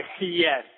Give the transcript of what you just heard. yes